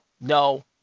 no